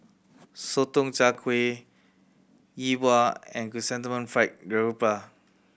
Sotong Char Kway Yi Bua and Chrysanthemum Fried Garoupa